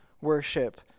worship